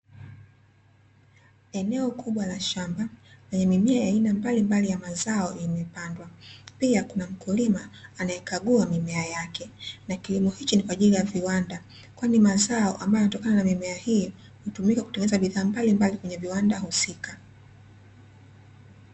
Eneo kubwa la shamba lenye mimea ya aina mbalimbali ya mazao imepandwa, pia kuna mkulima anayekagua mimea yake, na kilimo hichi ni kwa ajili ya viwanda, kwani mazao ambayo yanatokana na mimea hii, hutumika kutengeneza bidhaa mbalimbali kwenye viwanda husika.